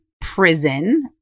prison